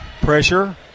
Pressure